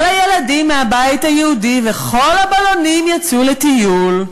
כל הילדים מהבית היהודי וכל הבלונים יצאו לטיול.